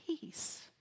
Peace